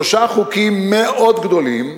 שלושה חוקים מאוד גדולים,